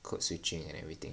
code switching and everything